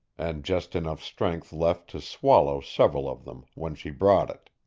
and just enough strength left to swallow several of them when she brought it.